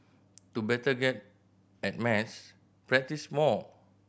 to better get at math practise more